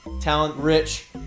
talent-rich